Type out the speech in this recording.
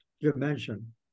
dimension